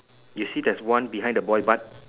you see there is one behind the boy but